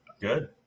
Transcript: Good